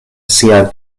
sia